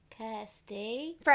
Kirsty